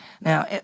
Now